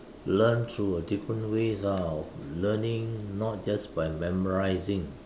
learn through a different ways ah of learning not just by memorizing